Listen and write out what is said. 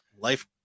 life